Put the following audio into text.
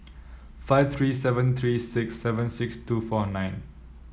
five three seven three six seven six two four nine